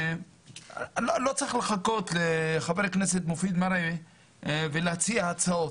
לא צריך לחכות לחבר הכנסת מופיד מרעי ולהציע הצעות.